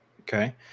Okay